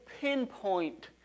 pinpoint